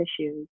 issues